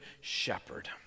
shepherd